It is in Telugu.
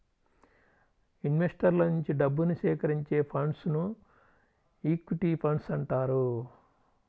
ఇన్వెస్టర్ల నుంచి డబ్బుని సేకరించే ఫండ్స్ను ఈక్విటీ ఫండ్స్ అంటారు